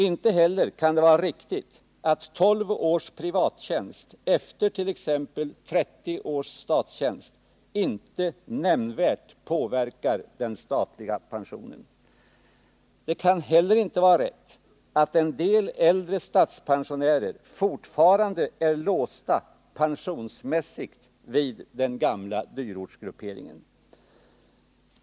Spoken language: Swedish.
Inte heller kan det vara riktigt att 12 års privat tjänst efter t.ex. 30 års statstjänst inte nämnvärt påverkar den statliga pensionen. Det kan heller inte vara rätt att en del äldre statspensionärer fortfarande är låsta pensionsmässigt vid den gamla dyrortsgraderingen.